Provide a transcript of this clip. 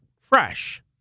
Fresh